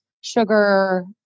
sugar